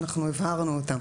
אנחנו הבהרנו אותם